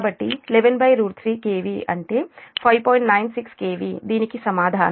96 kV దీనికి సమాధానం